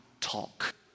talk